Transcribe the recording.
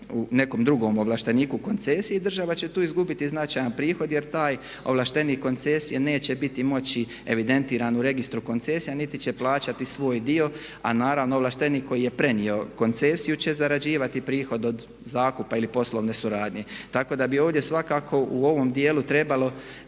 nekom drugom ovlašteniku koncesije i država će tu izgubiti značajan prihod jer taj ovlaštenik koncesije neće moći biti evidentiran u registru koncesija niti će plaćati svoj dio. A naravno ovlaštenik koji je prenio koncesiju će zarađivati prihod od zakupa ili poslovne suradnje. Tako da bi ovdje svakako u ovom dijelu trebalo